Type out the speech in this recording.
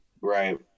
right